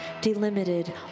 delimited